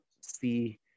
see